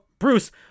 Bruce